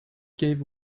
gave